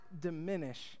diminish